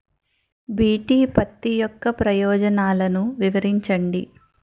BT పత్తి యొక్క ప్రయోజనాలను వివరించండి?